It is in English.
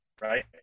right